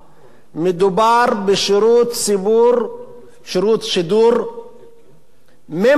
מדובר בשירות שידור ממשלתי.